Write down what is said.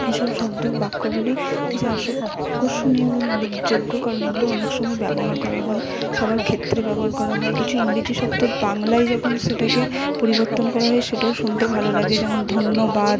এই সব শব্দ বাক্যগুলি যা আকর্ষণীয় এবং উল্লেখযোগ্য কারণ এগুলো অনেক সময় ব্যবহার করা হয় সবার ক্ষেত্রে ব্যবহার করা হয় কিছু ইংরেজি শব্দের বাংলায় যখন সেটাকে পরিবর্তন করা হয় সেটাও শুনতে ভালো লাগে যেমন ধন্যবাদ